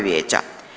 Vijeća.